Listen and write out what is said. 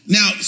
Now